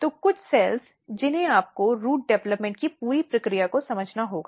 तो कुछ सेल्स जिन्हें आपको रूट डेवलपमेंट की पूरी प्रक्रिया को समझना होगा